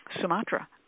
Sumatra